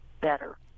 better